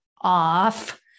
off